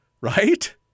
Right